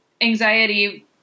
Anxiety